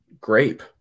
Grape